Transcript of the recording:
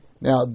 Now